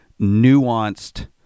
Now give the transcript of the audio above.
nuanced